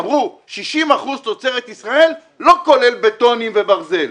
אמרו: 60% תוצרת ישראל, לא כולל בטונים וברזל.